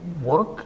work